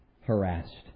harassed